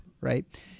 right